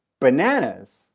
bananas